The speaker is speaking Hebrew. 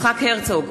יצחק הרצוג,